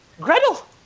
Gretel